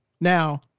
Now